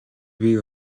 бий